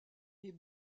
est